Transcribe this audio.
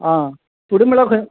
आं फुडें म्हळ्ळ्या खंय